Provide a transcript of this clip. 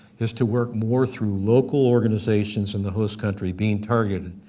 is to work more through local organizations in the host country being targeted,